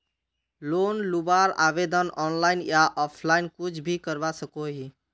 Loan लुबार आवेदन online या ऑफलाइन कुछ भी करवा सकोहो ही?